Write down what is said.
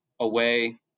away